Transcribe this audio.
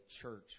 church